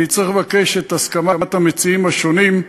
אני צריך לבקש את הסכמת המציעים השונים,